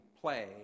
play